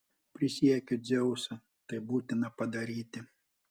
prisiekiu dzeusu tai būtina padaryti